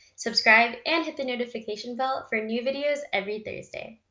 subscribe and hit the notification bell for new videos every thursday.